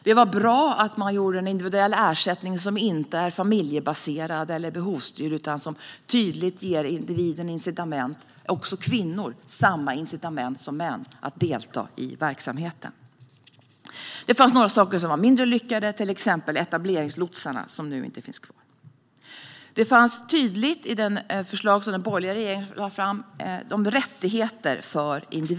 Det var bra att man införde en individuell ersättning som inte är familjebaserad eller behovsstyrd utan tydligt ger individen incitament - och att också kvinnor fick samma incitament som män - att delta i verksamheten. Några saker var mindre lyckade, till exempel etableringslotsarna som dock inte längre finns kvar. I det förslag som den borgerliga regeringen lade fram var individens rättigheter tydliga.